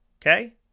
Okay